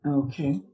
okay